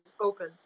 open